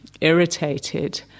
irritated